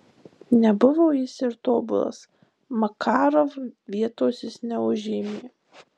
nebuvo jis ir tobulas makarov vietos jis neužėmė